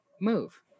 Move